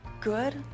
good